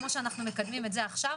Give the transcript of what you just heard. כמו שאנחנו מקדמים את זה עכשיו,